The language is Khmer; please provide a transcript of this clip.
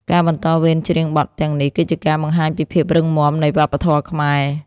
ការបន្តវេនច្រៀងបទទាំងនេះ គឺជាការបង្ហាញពីភាពរឹងមាំនៃវប្បធម៌ខ្មែរ។